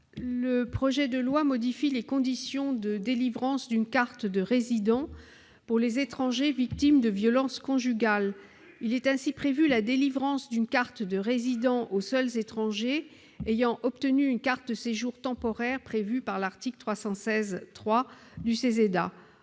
projet de loi modifie les conditions de délivrance d'une carte de résident pour les étrangers victimes de violences conjugales. Est ainsi prévu l'octroi d'une carte de résident aux seuls étrangers ayant obtenu une carte de séjour temporaire au titre de l'article L. 316-3 du CESEDA.